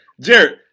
Jared